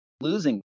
losing